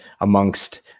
amongst